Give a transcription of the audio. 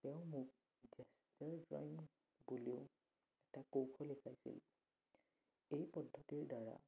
তেওঁ মোক gesture drawing বুলিও এটা কৌশল শিকাইছিল এই পদ্ধতিৰ দ্বাৰা